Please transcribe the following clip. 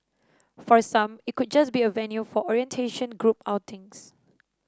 for some it could just be a venue for orientation group outings